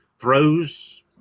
throws